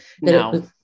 No